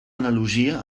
analogia